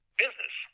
business